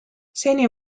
seni